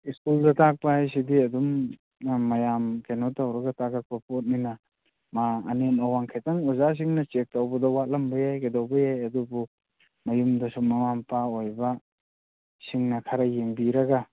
ꯁ꯭ꯀꯨꯜꯗ ꯇꯥꯛꯄ ꯍꯥꯏꯁꯤꯗꯤ ꯑꯗꯨꯝ ꯃꯌꯥꯝ ꯀꯩꯅꯣ ꯇꯧꯔꯒ ꯇꯥꯛꯂꯛꯄ ꯄꯣꯠꯅꯤꯅ ꯃꯥ ꯑꯅꯦꯝ ꯑꯋꯥꯡ ꯈꯤꯇꯪ ꯑꯣꯖꯥꯁꯤꯡꯅ ꯆꯦꯛ ꯇꯧꯕꯗ ꯋꯥꯠꯂꯝꯕ ꯌꯥꯏ ꯀꯩꯗꯧꯕ ꯌꯥꯏ ꯑꯗꯨꯕꯨ ꯃꯌꯨꯝꯗꯁꯨ ꯃꯃꯥ ꯃꯄꯥ ꯑꯣꯏꯕꯁꯤꯡꯅ ꯈꯔ ꯌꯦꯡꯕꯤꯔꯒ